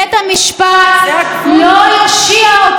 בית המשפט לא יושיע,